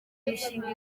imishinga